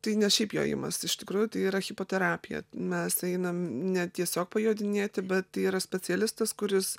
tai ne šiaip jojimas iš tikrųjų tai yra hipoterapija mes einam ne tiesiog pajodinėti bet tai yra specialistas kuris